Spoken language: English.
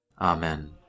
Amen